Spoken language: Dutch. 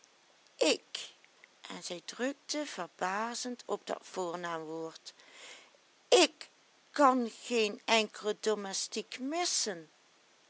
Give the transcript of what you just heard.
ik en zij drukte verbazend op dat voornaamwoord ik kan geen enkele domestique missen